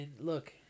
look